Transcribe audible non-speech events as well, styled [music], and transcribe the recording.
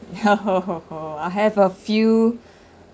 [laughs] I have a few